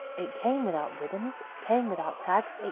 it came without ribbons! it came without tags!